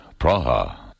Praha